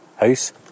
house